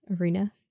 arena